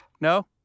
No